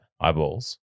eyeballs